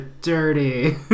dirty